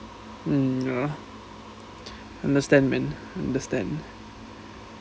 um ya understand man understand